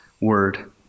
word